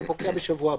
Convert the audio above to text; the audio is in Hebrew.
פוקע בשבוע הבא.